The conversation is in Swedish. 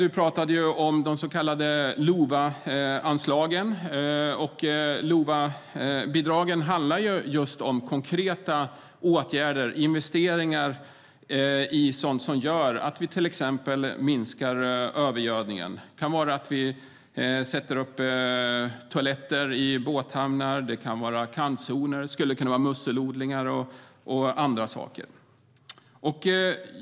Du pratade om de så kallade LOVA-anslagen. LOVA-bidragen handlar just om konkreta åtgärder och investeringar i sådant som gör att vi till exempel minskar övergödningen. Det kan vara att vi sätter upp toaletter i båthamnar. Det kan vara kantzoner. Det skulle kunna vara musselodlingar och andra saker.